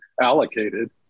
allocated